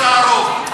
לא להרוג.